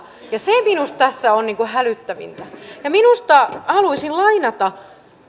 ja se minusta tässä on hälyttävintä haluaisin lainata